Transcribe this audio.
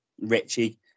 Richie